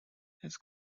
his